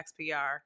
XPR